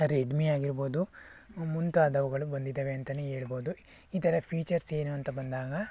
Redmi ಆಗಿರ್ಬೋದು ಮುಂತಾದವುಗಳು ಬಂದಿದವೆ ಅಂತಾನೇ ಹೇಳ್ಬೋದು ಇದರ ಫೀಚರ್ಸ್ ಏನು ಅಂತ ಬಂದಾಗ